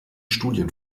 studien